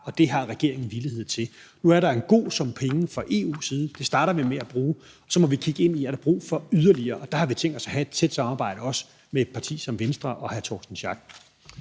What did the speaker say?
Og det har regeringen villighed til. Nu er der en god sum penge fra EU's side, og dem starter vi med at bruge. Så må vi kigge ind i, om der er brug for yderligere, og der har vi tænkt os at have et tæt samarbejde, også med et parti som Venstre og med hr. Torsten Schack